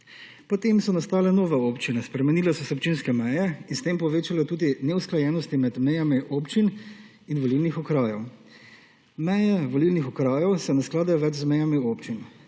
Potem so nastale nove občine, spremenile so se občinske meje in s tem povečalo tudi neusklajenosti med mejami občin in volilnih okrajev. Meje volilnih okrajev se ne skladajo več z mejami občin